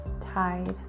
tide